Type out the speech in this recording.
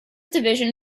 division